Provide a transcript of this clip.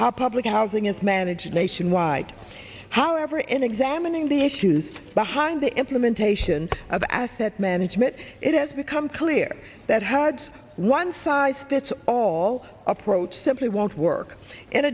how public housing is managed nationwide however in examining the issues behind the implementation of asset management it has become clear that had one size fits all approach simply won't work in